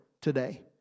today